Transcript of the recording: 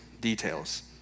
details